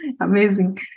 Amazing